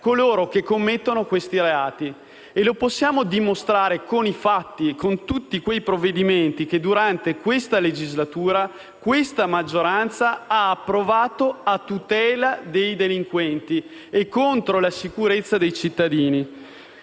coloro che commettono questi reati. E lo possiamo dimostrare con i fatti, con tutti quei provvedimenti che, durante questa legislatura, questa maggioranza ha approvato a tutela dei delinquenti e contro la sicurezza dei cittadini.